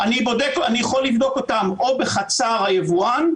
אני יכול לבדוק אותם או בחצר היבואן,